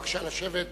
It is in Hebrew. כבוד